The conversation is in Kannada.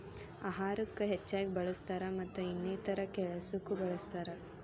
ಅಹಾರಕ್ಕ ಹೆಚ್ಚಾಗಿ ಬಳ್ಸತಾರ ಮತ್ತ ಇನ್ನಿತರೆ ಕೆಲಸಕ್ಕು ಬಳ್ಸತಾರ